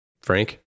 Frank